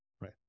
Right